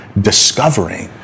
discovering